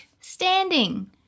Standing